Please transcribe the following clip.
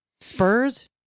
spurs